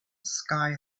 sky